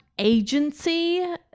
Agency